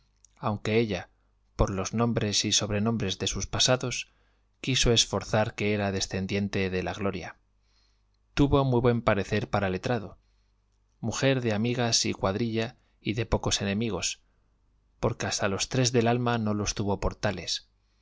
aunque ella por los nombres y sobrenombres de sus pasados quiso esforzar que era descendiente de la gloria tuvo muy buen parecer para letrado mujer de amigas y cuadrilla y de pocos enemigos porque hasta los tres del alma no los tuvo